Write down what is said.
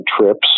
trips